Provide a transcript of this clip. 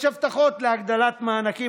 יש הבטחות להגדלת מענקים.